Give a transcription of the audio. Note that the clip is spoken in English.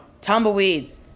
tumbleweeds